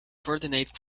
coordinate